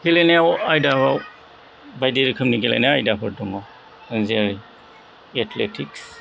गेलेनायाव आयदायाव बायदि रोखोमनि गेलेनाय आयदाफोर दङ जेरै एथलेटिक्स